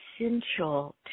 essential